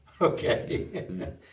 okay